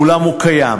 אולם הוא קיים,